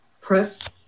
Press